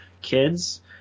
kids